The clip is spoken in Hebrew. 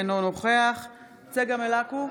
אינו נוכחת צגה מלקו,